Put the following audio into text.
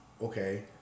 okay